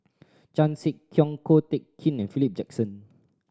Chan Sek Keong Ko Teck Kin and Philip Jackson